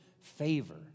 favor